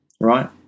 right